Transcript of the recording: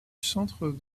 centre